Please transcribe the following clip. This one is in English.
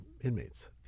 inmates